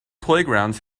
playgrounds